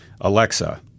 Alexa